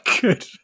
good